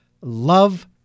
love